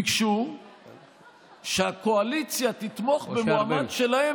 וביקשו שהקואליציה תתמוך במועמד שלהם